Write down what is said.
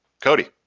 Cody